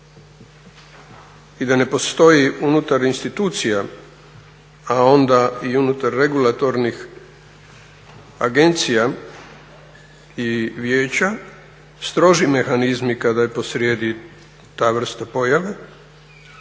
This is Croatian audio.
I da ne postoji unutar institucija a onda i unutar regulatornih agencija i vijeća stroži mehanizmi kada je posrijedi ta vrsta pojave